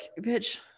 bitch